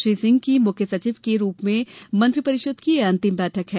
श्री सिंह की मुख्य सचिव के रूप में मंत्रिपरिषद की यह अंतिम बैठक है